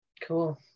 Cool